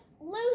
lose